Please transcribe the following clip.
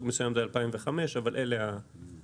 בסוג מסוים זה 2005. אבל אלה הקריטריונים.